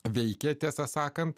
veikė tiesą sakant